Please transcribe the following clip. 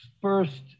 first